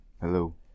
Hello